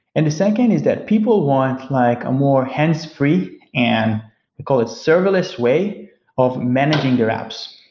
and the second is that people want like a more hands free, and we call it serverless way of managing their apps.